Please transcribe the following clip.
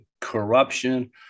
corruption